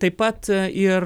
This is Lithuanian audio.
taip pat ir